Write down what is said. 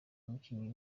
umukinnyi